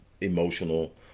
emotional